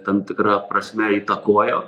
tam tikra prasme įtakojo